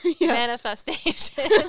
Manifestation